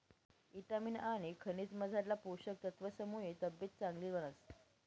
ईटामिन आनी खनिजमझारला पोषक तत्वसमुये तब्येत चांगली बनस